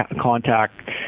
contact